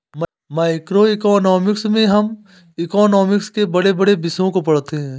macroeconomics में हम economics के बड़े बड़े विषयों को पढ़ते हैं